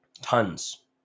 Tons